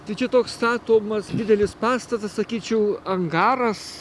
tai čia toks statomas didelis pastatas sakyčiau angaras